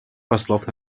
послов